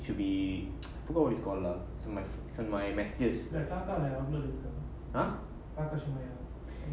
should be forgot what it's called lah it's in my it's in my messages !huh!